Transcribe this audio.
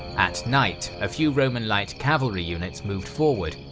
at night a few roman light cavalry units moved forward,